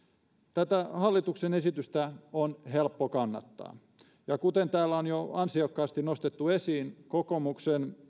tätä hallituksen esitystä on helppo kannattaa ja kuten täällä on jo ansiokkaasti nostettu esiin kokoomuksen